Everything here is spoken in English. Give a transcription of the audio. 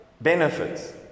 benefits